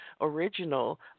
original